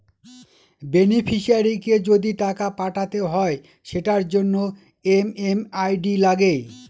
নন বেনিফিশিয়ারিকে যদি টাকা পাঠাতে হয় সেটার জন্য এম.এম.আই.ডি লাগে